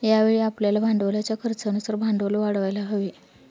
यावेळी आपल्याला भांडवलाच्या खर्चानुसार भांडवल वाढवायला हवे